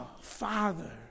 Father